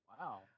Wow